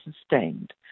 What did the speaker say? sustained